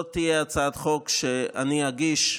יהיה הצעת חוק שאני אגיש,